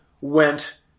went